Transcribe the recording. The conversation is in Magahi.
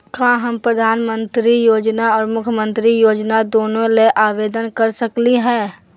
का हम प्रधानमंत्री योजना और मुख्यमंत्री योजना दोनों ला आवेदन कर सकली हई?